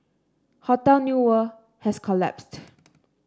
Hotel New World has collapsed